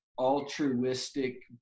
altruistic